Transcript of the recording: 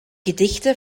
gedichte